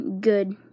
good